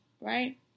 right